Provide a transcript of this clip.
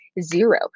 zero